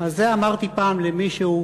על זה אמרתי פעם למישהו: